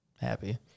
Happy